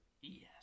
Yes